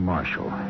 Marshall